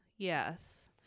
Yes